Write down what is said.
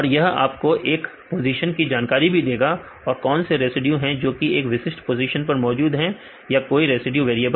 यह आपको हर एक पोजीशन की जानकारी भी देगा और कौन से रेसिड्यू हैं जो कि एक विशिष्ट पोजीशन पर मौजूद है क्या कोई रेसिड्यू वेरिएबल है